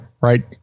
right